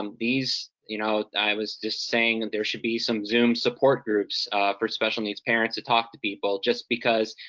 um these, you know, i was just saying that there should be some zoom support groups for special needs parents to talk to people. just because,